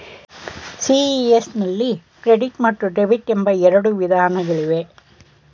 CES ನಲ್ಲಿ credit ಮತ್ತು debit ಎಂಬ ಎರಡು ವಿಧಾನಗಳಿವೆ